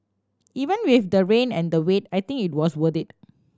even with the rain and the wait I think it was worth it